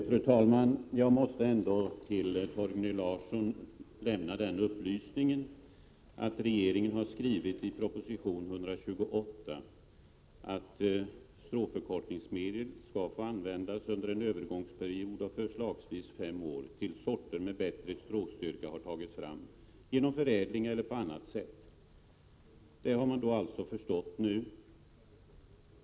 Fru talman! Jag måste ändå till Torgny Larsson lämna den upplysningen att regeringen skrev i proposition 128 att ”stråförkortningsmedel skall få användas under en övergångsperiod på förslagsvis fem år till sorter med bättre stråstyrka har tagits fram genom förädling eller på annat sätt”. Det har man alltså förstått nu.